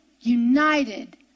united